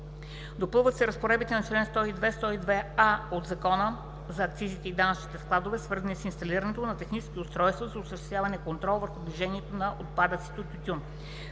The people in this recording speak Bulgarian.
Допълват се разпоредбите на чл. 102 и в чл. 102а от Закона за акцизите и данъчните складове, свързани с инсталирането на технически устройства за осъществяване на контрол върху движението на отпадъците от тютюн.